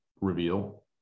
reveal